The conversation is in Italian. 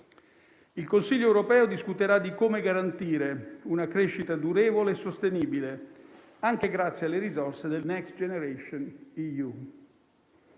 Il Consiglio europeo discuterà di come garantire una crescita durevole e sostenibile anche grazie alle risorse del Next generation EU.